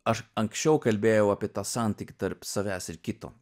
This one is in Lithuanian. aš anksčiau kalbėjau apie tą santykį tarp savęs ir kito